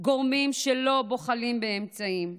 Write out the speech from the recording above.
גורמים שלא בוחלים באמצעים.